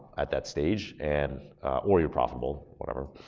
at that stage and or you're profitable, whatever.